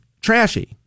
trashy